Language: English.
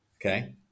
okay